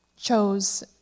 chose